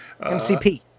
MCP